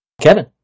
Kevin